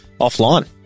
offline